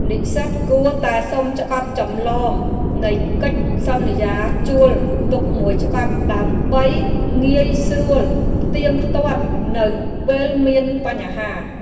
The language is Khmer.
និស្សិតគួរតែសុំច្បាប់ចម្លងនៃកិច្ចសន្យាជួលទុកមួយច្បាប់ដើម្បីងាយស្រួលផ្ទៀងផ្ទាត់នៅពេលមានបញ្ហា។